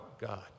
God